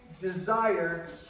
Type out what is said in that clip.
desire